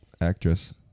actress